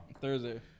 Thursday